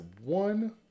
one